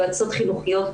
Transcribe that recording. יועצות חינוכיות,